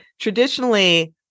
traditionally